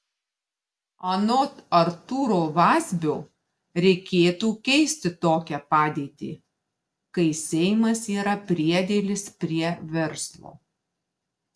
anot artūro vazbio reikėtų keisti tokią padėtį kai seimas yra priedėlis prie verslo